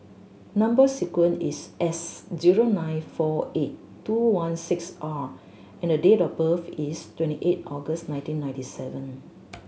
number sequence is S zero nine four eight two one six R and date of birth is twenty eight August nineteen ninety seven